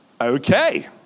Okay